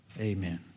Amen